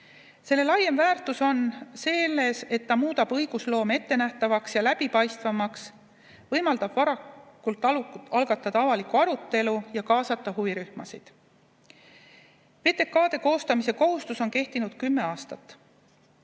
Selle laiem väärtus on selles, et ta muudab õigusloome ettenähtavaks ja läbipaistvamaks, võimaldab varakult algatada avaliku arutelu ja kaasata huvirühmasid. VTK‑de koostamise kohustus on kehtinud kümme aastat.